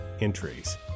entries